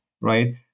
right